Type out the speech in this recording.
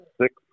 six